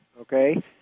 okay